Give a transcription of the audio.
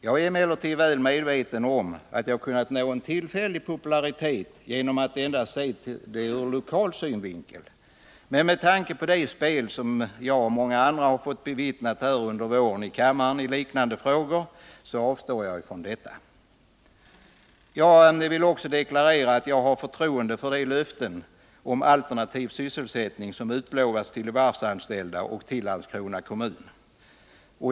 Jag är emellertid väl medveten om att jag kunnat nå en tillfällig popularitet genom att endast se frågan ur lokal synvinkel. Men med tanke på det spel som jag och många andra fått bevittna här i kammaren under våren i liknande frågor avstår jag från detta. Jag vill också deklarera att jag har förtroende för löftena om alternativ sysselsättning, som utlovats till de varvsanställda och till Landskrona kommun.